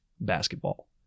basketball